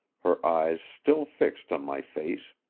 her eyes still fixed on my face.